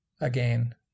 again